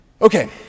Okay